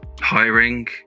hiring